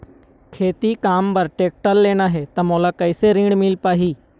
खेती काम बर टेक्टर लेना ही त मोला कैसे ऋण मिल पाही?